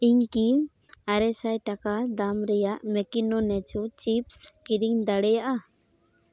ᱤᱧ ᱠᱤ ᱟᱨᱮᱥᱟᱭ ᱴᱟᱠᱟ ᱫᱟᱢ ᱨᱮᱭᱟᱜ ᱢᱮᱠᱤᱱᱳ ᱱᱮᱪᱳ ᱪᱤᱯᱥ ᱠᱤᱨᱤᱧ ᱫᱟᱲᱮᱭᱟᱜᱼᱟ